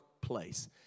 place